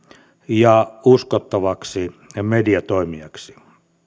ja uskottavaksi mediatoimijaksi